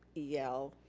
yeah el